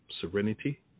serenity